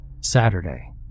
Saturday